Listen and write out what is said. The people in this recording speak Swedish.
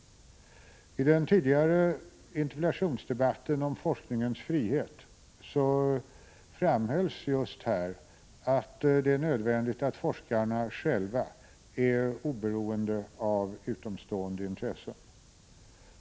I den tidigare interpellationsdebatten om forskningens frihet framhölls just att det är nödvändigt att forskarna själva är oberoende av utomstående intressen.